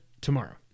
tomorrow